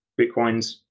Bitcoins